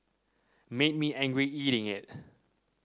made me angry eating it